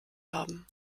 haben